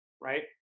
right